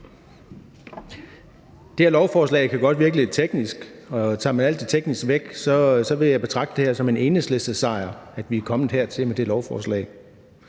Det her lovforslag kan godt virke lidt teknisk, men tager man alt det tekniske væk, vil jeg betragte det som en Enhedslistesejr, at vi er kommet hertil med det lovforslag.